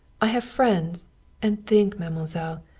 i have friends and think, mademoiselle,